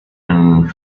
and